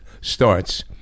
starts